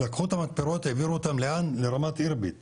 לקחו את המתפרות העבירו אותם לרמת אירביד בירדן,